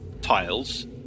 tiles